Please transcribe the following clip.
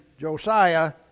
Josiah